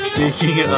Speaking